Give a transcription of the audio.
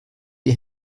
die